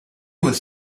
was